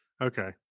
Okay